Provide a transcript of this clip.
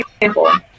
example